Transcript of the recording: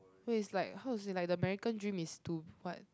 which is like how is it like the America dream is to what